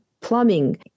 plumbing